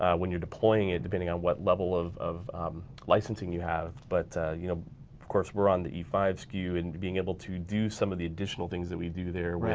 ah when you're deploying it depending on what level of of licensing you have. but you know of course we're on the e five skew, and being able to do some of the additional things that we do there.